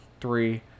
three